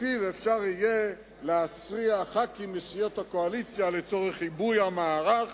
שבו יהיה אפשר להצריח ח"כים מסיעות הקואליציה לצורך עיבוי המערך